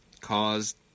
caused